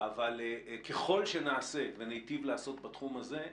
אבל ככל שנעשה ונטיב לעשות בתחום הזה,